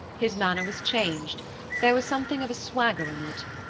his manner was changed there was something of a swagger in it.